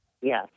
Yes